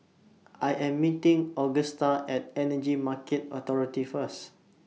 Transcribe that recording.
I Am meeting Augusta At Energy Market Authority First